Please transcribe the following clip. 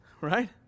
right